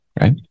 right